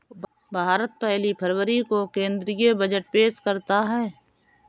भारत पहली फरवरी को केंद्रीय बजट पेश करता है